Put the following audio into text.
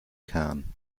can